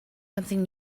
something